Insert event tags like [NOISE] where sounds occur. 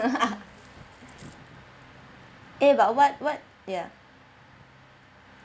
[LAUGHS] eh about what what ya